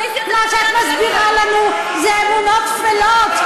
מה שאת מסבירה לנו זה אמונות טפלות,